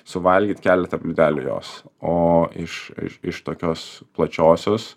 suvalgyt keletą plytelių jos o iš iš iš tokios plačiosios